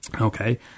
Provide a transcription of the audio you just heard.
Okay